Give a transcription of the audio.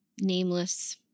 nameless